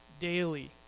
daily